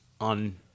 on